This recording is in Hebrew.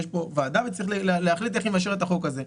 יש פה ועדה וצריך להחליט איך היא מאשרת את החוק הזה.